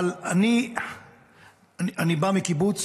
אני בא מקיבוץ,